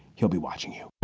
he'll be watching you